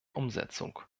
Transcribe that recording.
umsetzung